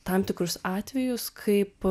tam tikrus atvejus kaip